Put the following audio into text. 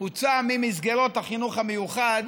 הוא הוצא ממסגרות החינוך המיוחד